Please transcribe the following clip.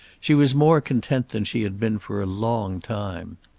she was more content than she had been for a long time.